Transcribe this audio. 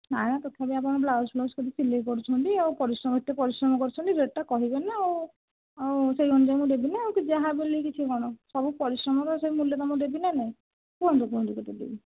ନାଇଁ ବା ତଥାପି ଆପଣ ବ୍ଲାଉଜ୍ ଫ୍ଲାଉଜ୍ କରି ସିଲେଇ କରୁଛନ୍ତି ଆଉ ପରିଶ୍ରମ ଏତେ ପରିଶ୍ରମ କରୁଛନ୍ତି ରେଟ୍ଟା କହିବେ ନା ଆଉ ଆଉ ସେହି ଅନୁଯାୟୀ ଦେବିନା ଆଉ ଯାହା ବୋଲି କିଛି କ'ଣ ସବୁ ପରିଶ୍ରମର ସେହି ମୂଲ୍ୟ ତୁମକୁ ଦେବିନା ନାଇଁ କୁହନ୍ତୁ କୁହନ୍ତୁ କେତେ ଦେବି